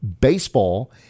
Baseball